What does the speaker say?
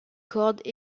codes